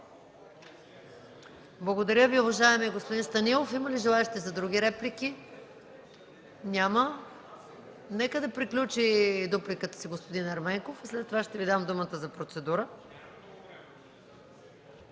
Благодаря Ви, уважаеми господин Станилов. Има ли желаещи за други реплики? Няма. Нека да приключи дупликата си господин Ерменков и след това ще дам думата за процедура.